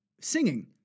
singing